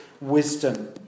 wisdom